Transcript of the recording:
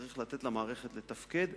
צריך לתת למערכת לתפקד.